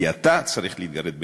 כי אתה צריך להתגרד באי-נוחות,